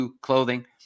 Clothing